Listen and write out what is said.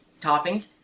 toppings